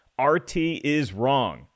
rtiswrong